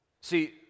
See